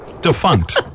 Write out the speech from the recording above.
Defunct